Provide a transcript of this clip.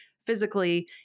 physically